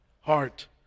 Heart